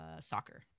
soccer